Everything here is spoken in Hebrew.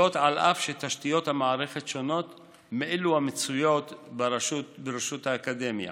אף שתשתיות המערכת שונות מאלו המצויות ברשות האקדמיה.